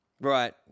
Right